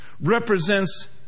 represents